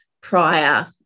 prior